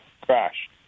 crash